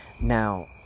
Now